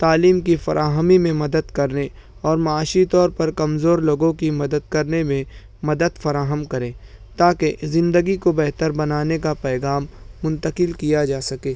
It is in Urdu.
تعلیم کی فراہمی میں مدد کرنے اور معاشی طور پر کمزور لوگوں کی مدد کرنے میں مدد فراہم کرے تاکہ زندگی کو بہتر بنانے کا پیغام منتقل کیا جا سکے